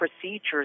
procedures